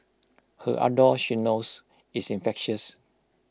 her ardour she knows is infectious